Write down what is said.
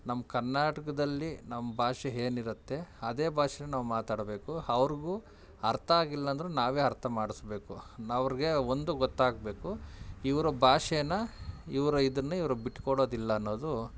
ನಮ್ಮ ಕರ್ನಾಟಕದಲ್ಲಿ ನಮ್ಮ ಭಾಷೆ ಏನಿರುತ್ತೆ ಅದೇ ಭಾಷೆ ನಾವು ಮಾತಾಡಬೇಕು ಅವ್ರಿಗೂ ಅರ್ಥ ಆಗಿಲ್ಲಂದರೂ ನಾವೇ ಅರ್ಥ ಮಾಡಿಸಬೇಕು ಅವ್ರ್ಗೆ ಒಂದು ಗೊತ್ತಾಗಬೇಕು ಇವರು ಭಾಷೆನ ಇವರು ಇದನ್ನು ಇವರು ಬಿಟ್ಕೊಡೋದಿಲ್ಲ ಅನ್ನೋದು